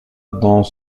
dans